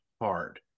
hard